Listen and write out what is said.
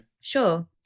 Sure